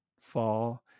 fall